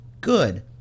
good